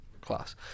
Class